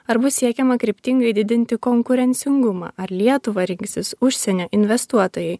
ar bus siekiama kryptingai didinti konkurencingumą ar lietuvą rinksis užsienio investuotojai